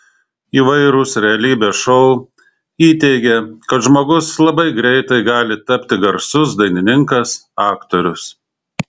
įvairūs realybės šou įteigė kad žmogus labai greitai gali tapti garsus dainininkas aktorius